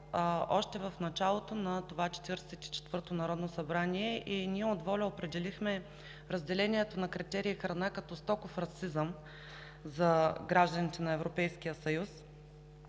още в началото на Четиридесет и четвъртото народно събрание и ние от ВОЛЯ определихме разделението на критерий храна като стоков расизъм за гражданите на Европейския съюз.